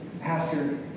Pastor